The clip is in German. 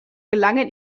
gelangen